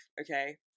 okay